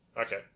Okay